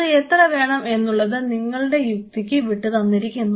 അത് എത്ര വേണം എന്നുള്ളത് നിങ്ങളുടെ യുക്തിക്ക് വിട്ടു തന്നിരിക്കുന്നു